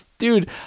Dude